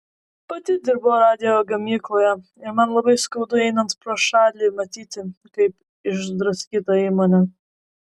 pati dirbau radijo gamykloje ir man labai skaudu einant pro šalį matyti kaip išdraskyta įmonė